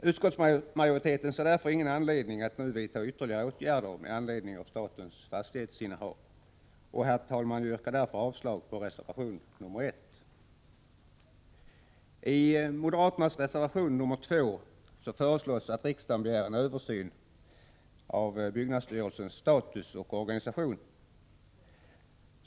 Utskottsmajoriteten ser därför ingen anledning att nu vidta ytterligare åtgärder med anledning av statens fastighetsinnehav. Herr talman! Jag yrkar därför avslag på reservation nr 1. I moderaternas reservation nr 2 föreslås att riksdagen begär en översyn av byggnadsstyrelsens status och organisation.